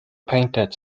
painted